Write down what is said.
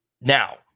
Now